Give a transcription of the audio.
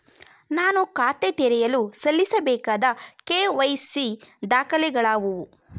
ನಾನು ಖಾತೆ ತೆರೆಯಲು ಸಲ್ಲಿಸಬೇಕಾದ ಕೆ.ವೈ.ಸಿ ದಾಖಲೆಗಳಾವವು?